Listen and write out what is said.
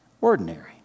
ordinary